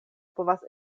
povas